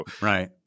Right